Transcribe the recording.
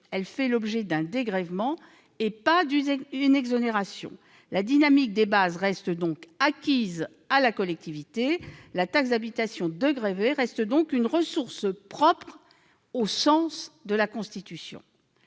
simplement l'objet d'un dégrèvement, et non pas d'une exonération. La dynamique des bases reste donc acquise à la collectivité et la taxe d'habitation dégrevée demeure une ressource propre au sens de la Constitution.